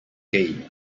game